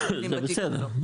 זה בסדר,